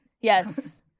Yes